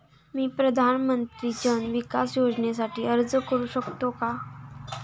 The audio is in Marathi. मी प्रधानमंत्री जन विकास योजनेसाठी अर्ज करू शकतो का?